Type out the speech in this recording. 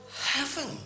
heaven